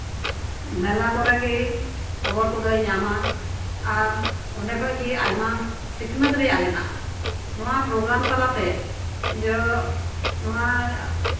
ᱢᱮᱞᱟ ᱠᱚᱨᱮᱜᱮ ᱠᱷᱚᱵᱚᱨ ᱠᱚᱫᱚᱭ ᱧᱟᱢᱟ ᱟᱨ ᱚᱱᱰᱮ ᱠᱷᱚᱡᱜᱮ ᱟᱭᱢᱟ ᱥᱤᱠᱷᱱᱟᱹᱛ ᱨᱮᱭᱟᱜ ᱢᱮᱱᱟᱜᱼᱟ ᱱᱚᱣᱟ ᱯᱨᱚᱜᱮᱨᱟᱢ ᱛᱟᱞᱟᱛᱮ ᱱᱚᱣᱟ